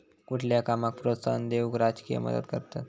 कुठल्या कामाक प्रोत्साहन देऊक राजकीय मदत करतत